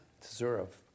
deserve